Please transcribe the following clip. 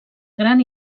gran